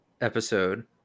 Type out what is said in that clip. episode